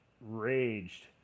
raged